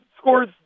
scores